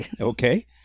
Okay